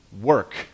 work